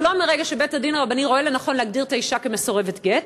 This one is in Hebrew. ולא מרגע שבית-הדין הרבני רואה לנכון להגדיר את האישה כמסורבת גט?